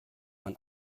mein